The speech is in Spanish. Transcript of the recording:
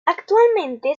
actualmente